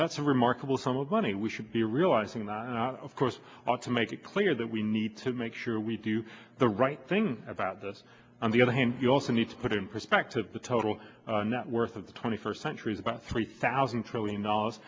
that's a remarkable sum of money we should be realizing that not of course ought to make it clear that we need to make sure we do the right thing about this on the other hand we also need to put it in perspective the total net worth of the twenty first century is about three thousand trillion dollars